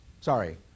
sorry